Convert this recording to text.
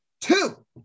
Two